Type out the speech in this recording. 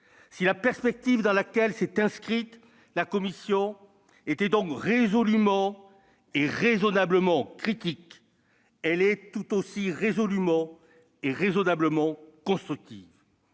Si la perspective dans laquelle s'est inscrite la commission était donc résolument et raisonnablement critique, elle est tout aussi résolument et raisonnablement constructive.